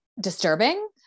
disturbing